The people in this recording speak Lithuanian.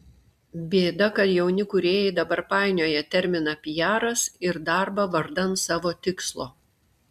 bėda kad jauni kūrėjai dabar painioja terminą piaras ir darbą vardan savo tikslo